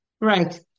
Right